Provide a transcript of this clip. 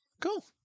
Cool